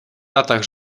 latach